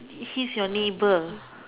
he's your neighbour